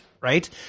right